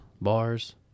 bars